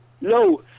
No